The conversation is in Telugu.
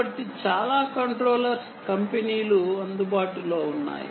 కాబట్టి చాలా కంట్రోలర్స్ కంపెనీలు అందుబాటులో ఉన్నాయి